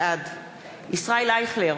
בעד ישראל אייכלר,